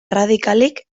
erradikalik